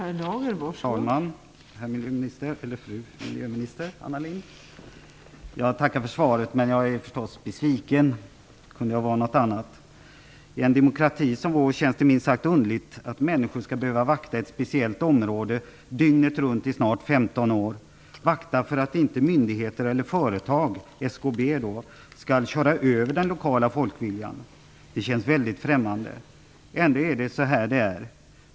Fru talman! Fru miljöminister Anna Lindh! Jag tackar för svaret, men jag är förstås besviken. Hur skulle jag kunna vara något annat? I en demokrati som vår känns det minst sagt underligt att människor skulle behöva vakta ett speciellt område dygnet runt i snart 15 år. Området vaktas för att inte myndigheter eller företag - SKB - skall köra över den lokala folkviljan. Det känns mycket främmande, men det är så det är.